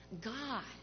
God